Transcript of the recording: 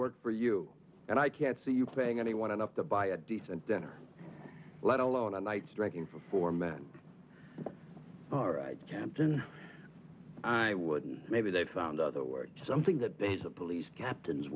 work for you and i can't see you playing anyone enough to buy a decent dinner let alone a night striking for four men all right camp then i wouldn't maybe they found other work something that they's a police captain